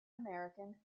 american